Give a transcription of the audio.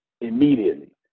immediately